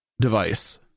device